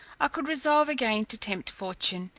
i could resolve again to tempt fortune,